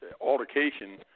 altercation